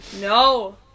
No